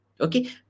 okay